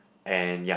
and ya